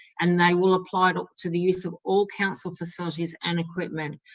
and they will apply to the use of all council facilities and equipment.